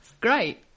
great